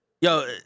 Yo